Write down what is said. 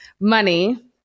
money